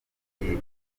nkuru